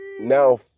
now